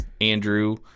Andrew